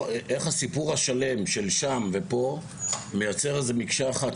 וראינו איך הסיפור השלם של שם ופה מייצר איזו מקשה אחת,